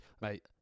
Mate